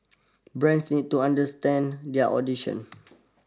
brand need to understand their audition